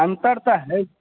अन्तर तऽ हइ